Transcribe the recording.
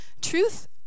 truth